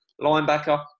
linebacker